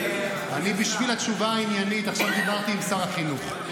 בשביל התשובה העניינית עכשיו דיברתי עם שר החינוך,